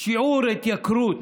שיעור התייקרות